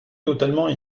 totalement